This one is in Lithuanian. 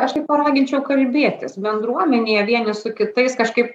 aš tai paraginčiau kalbėtis bendruomenėje vieni su kitais kažkaip